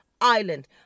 island